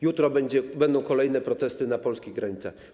Jutro będą kolejne protesty na polskich granicach.